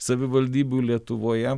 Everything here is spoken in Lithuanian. savivaldybių lietuvoje